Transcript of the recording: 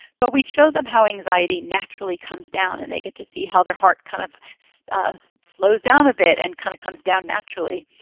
but we show them how anxiety naturally comes down, and they get to see how their heart kind of so slows down a bit and kind of comes down naturally.